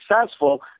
successful